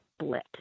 split